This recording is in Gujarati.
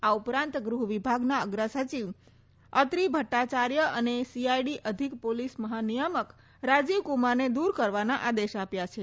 આ ઉપરાંત ગ્રહ વિભાગના અગ્રસચિવ અત્રી ભટ્ટાચાર્ય અને સીઆઈડી અધિક પોલીસ મહાનિયામક રાજીવક્રમારને દ્રર કરવાના આદેશ આપ્યા છે